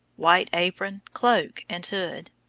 white apron, cloak, and hood.